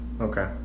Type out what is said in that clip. okay